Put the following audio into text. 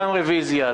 רוויזיה.